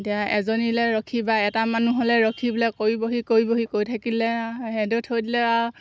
এতিয়া এজনীলৈ ৰখি বা এটা মানুহলৈ ৰখি বোলে কৰিবহি কৰিবহি কৈ থাকিলে আৰু সেইদৰে থৈ দিলে